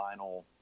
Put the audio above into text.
vinyl